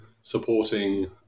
supporting